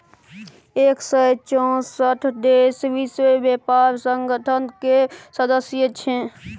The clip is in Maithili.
एक सय चौंसठ देश विश्व बेपार संगठन केर सदस्य छै